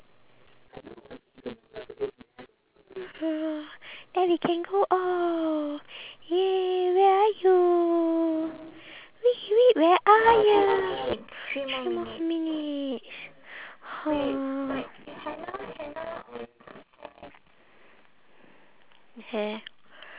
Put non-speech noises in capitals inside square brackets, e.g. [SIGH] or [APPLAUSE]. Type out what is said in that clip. [NOISE] then we can go out !yay! where are you whee whee where are you three more minutes !huh! hair